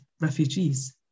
refugees